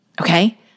okay